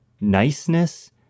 niceness